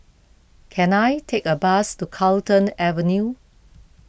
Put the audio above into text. can I take a bus to Carlton Avenue